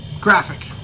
Graphic